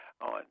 on